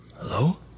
Hello